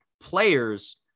players